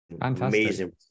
amazing